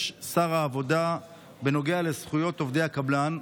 שר העבודה בנוגע לזכויות עובדי הקבלן.